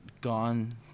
gone